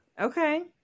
Okay